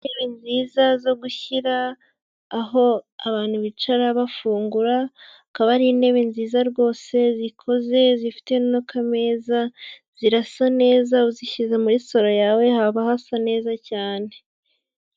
Intebe nziza zo gushyira aho abantu bicara bafungura, akaba ari intebe nziza rwose zikoze, zifite n'akameza, zirasa neza uzishyize muri saro yawe haba hasa neza cyane.